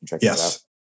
Yes